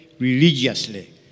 Religiously